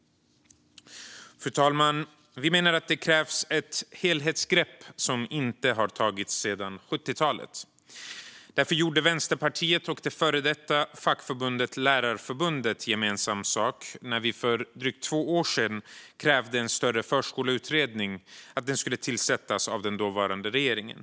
Vi menar att det krävs ett helhetsgrepp, som inte har tagits sedan 70-talet. Därför gjorde Vänsterpartiet och det före detta fackförbundet Lärarförbundet gemensam sak för drygt två år sedan och krävde att en större förskoleutredning skulle tillsättas av den dåvarande regeringen.